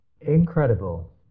Incredible